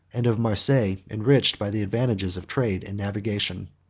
and of marseilles, enriched by the advantages of trade and navigation.